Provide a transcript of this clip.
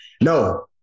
No